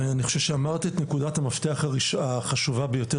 ואני חושב שאמרת את נקודת המפתח החשובה ביותר